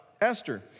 Esther